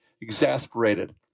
exasperated